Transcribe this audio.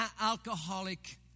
alcoholic